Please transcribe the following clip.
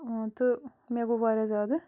تہٕ مےٚ گوٚو وارِیاہ زیادٕ